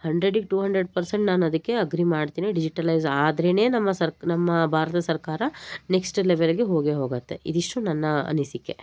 ಹಂಡ್ರೆಡಿಗೆ to hundred percent ನಾನು ಅದಕ್ಕೇ agree ಮಾಡ್ತೀನಿ ಡಿಜಿಟಲೈಜ್ ಆದರೇನೆ ನಮ್ಮ ಸರ್ಕ್ ನಮ್ಮ ಭಾರತ ಸರ್ಕಾರ ನೆಕ್ಸ್ಟ್ ಲೆವೆಲ್ಗೆ ಹೋಗೇ ಹೋಗುತ್ತೆ ಇದಿಷ್ಟು ನನ್ನ ಅನಿಸಿಕೆ